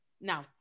Now